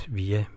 via